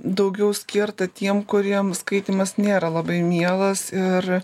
daugiau skirta tiem kuriem skaitymas nėra labai mielas ir